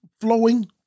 flowing